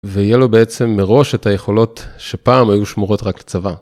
ויהיה לו בעצם מראש את היכולות שפעם היו שמורות רק לצבא.